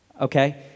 Okay